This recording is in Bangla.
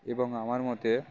এবং আমার মতে